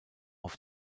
auf